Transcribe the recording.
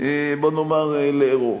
בוא נאמר, לערוב.